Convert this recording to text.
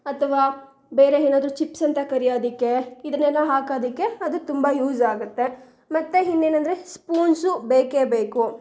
ಅಥವಾ ಬೇರೆ ಏನಾದ್ರು ಚಿಪ್ಸ್ ಅಂತ ಕರಿಯೋದಕ್ಕೆ ಇದನ್ನೆಲ್ಲ ಹಾಕೋದಕ್ಕೆ ಅದು ತುಂಬ ಯೂಸಾಗುತ್ತೆ ಮತ್ತು ಇನ್ನೇನಂದ್ರೆ ಸ್ಪೂನ್ಸು ಬೇಕೇ ಬೇಕು